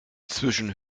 zwischen